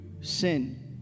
sin